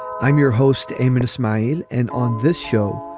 i'm your host aiming to smile. and on this show,